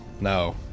No